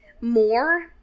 more